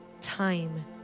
time